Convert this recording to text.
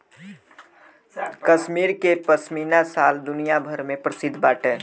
कश्मीर के पश्मीना शाल दुनिया भर में प्रसिद्ध बाटे